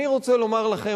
אני רוצה לומר לכם,